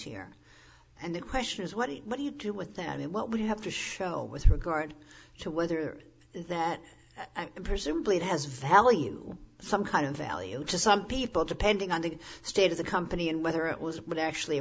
here and the question is what do you do with them and what we have to show with regard to whether that presumably it has value some kind of value to some people depending on the state of the company and whether it was but i actually